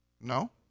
No